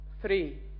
three